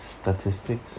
statistics